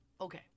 okay